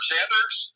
Sanders